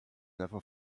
never